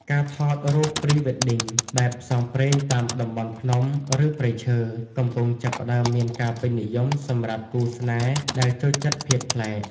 ការថតរូប Pre-wedding បែបផ្សងព្រេងតាមតំបន់ភ្នំ ឬព្រៃឈើ កំពុងចាប់ផ្ដើមមានការពេញនិយមសម្រាប់គូស្នេហ៍ដែលចូលចិត្តភាពប្លែក។